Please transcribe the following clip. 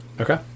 okay